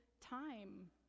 time